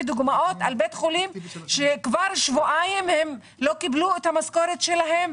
דוגמאות על בית חולים שכבר שבועיים לא קיבלו את המשכורת שלהם.